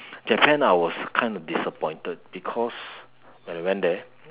Japan I was kind of disappointed because when I went there